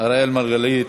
אראל מרגלית,